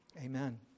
Amen